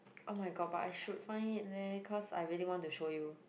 oh-my-god but I should find it leh cause I really want to show you